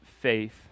faith